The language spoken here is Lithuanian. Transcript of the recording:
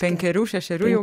penkerių šešerių jau